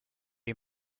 die